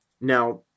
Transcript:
now